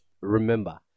Remember